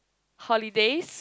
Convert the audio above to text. holidays